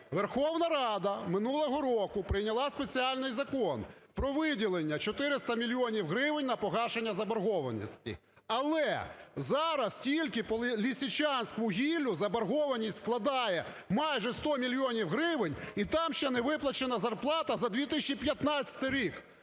Верховна Рада минулого року прийняла спеціальний закон про виділення 400 мільйонів гривень на погашення заборгованості. Але зараз тільки по "Лисичанськвугіллю" заборгованість складає майже 100 мільйонів гривень і там ще не виплачена зарплата за 2015 рік.